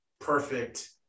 perfect